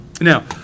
Now